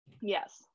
Yes